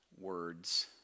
words